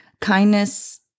Kindness